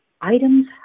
items